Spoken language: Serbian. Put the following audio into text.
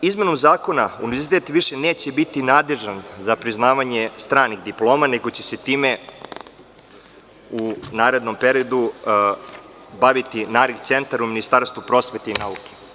Izmenom zakona univerzitet neće biti nadležan za priznavanje stranih diploma, nego će se time u narednom periodu baviti NARIC centar u Ministarstvu prosvete i nauke.